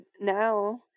now